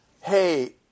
hey